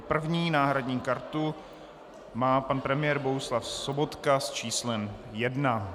První náhradní kartu má pan premiér Bohuslav Sobotka s číslem 1.